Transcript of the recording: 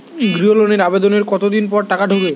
গৃহ লোনের আবেদনের কতদিন পর টাকা ঢোকে?